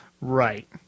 Right